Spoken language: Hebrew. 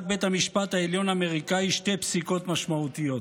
העליון האמריקאי שתי פסיקות משמעותיות.